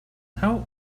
how